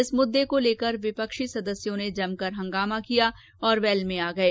इस मुददे को लेकर विपक्षी सदस्यों ने जमकर हंगामा किया और वैल में आ गये